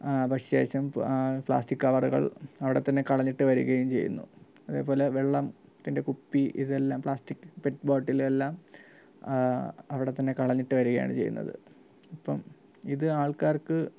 അ പ ശേഷം പ്ലാസ്റ്റിക് കവറുകൾ അവിടെത്തന്നെ കളഞ്ഞിട്ട് വരികയും ചെയ്യുന്നു അതേപോലെ വെള്ളത്തിൻ്റെ കുപ്പി ഇതെല്ലാം പ്ലാസ്റ്റിക് പെറ്റ് ബോട്ടിൽ എല്ലാം അവിടെത്തന്നെ കളഞ്ഞിട്ട് വരികയാണ് ചെയ്യുന്നത് അപ്പം ഇത് ആൾക്കാർക്ക്